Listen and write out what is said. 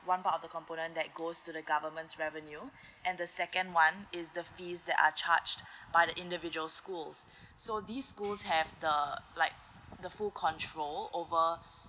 one part of the component that goes to the government's revenue and the second one is the fees that are charged by the individual schools so these schools have the like the full control over